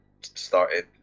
started